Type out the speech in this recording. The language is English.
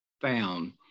found